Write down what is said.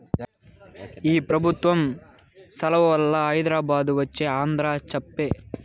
ఈ పెబుత్వం సలవవల్ల హైదరాబాదు వచ్చే ఆంధ్ర సచ్చె